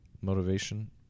motivation